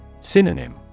Synonym